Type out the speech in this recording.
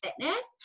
fitness